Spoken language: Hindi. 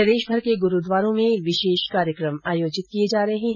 प्रदेशभर के गुरूद्वारों में विशेष कार्यक्रम आयोजित किए जा रहे है